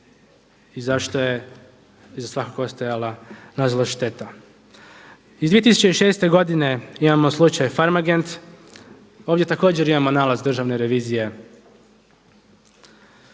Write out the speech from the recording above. i zašto je iza svakog ostajala, nalazila šteta. Iz 2006. godine imamo slučaj Farmagent, ovdje također imamo nalaz državne revizije.